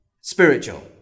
spiritual